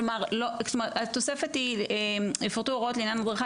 כלומר התוספת היא "יפורטו הוראות לעניין הדרכה,